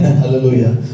hallelujah